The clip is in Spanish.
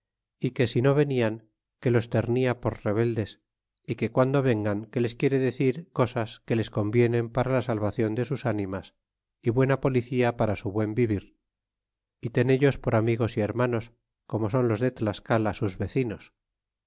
si que si no venian que los ternia por rebeldes y que guando vengan que les quiere decir cosas que les convienen para la salvacion de sus ánimas y buena policía para su buen vivir y tenellos por amigos y hermanos como son los de tlascala sus vecinos